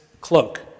cloak